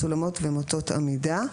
סולמות ומוטות עמידה.